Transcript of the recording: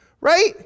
right